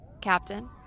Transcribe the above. Captain